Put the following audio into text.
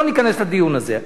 לא ניכנס לדיון הזה.